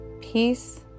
Peace